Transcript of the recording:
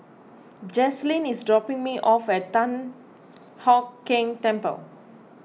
Jazlynn is dropping me off at Thian Hock Keng Temple